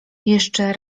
jeszcze